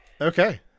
Okay